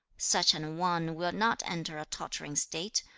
such an one will not enter a tottering state,